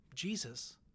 Jesus